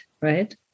right